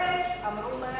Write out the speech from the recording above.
לארץ-ישראל אמרו להם: